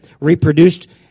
reproduced